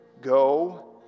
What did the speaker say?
Go